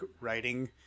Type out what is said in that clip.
writing